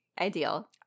ideal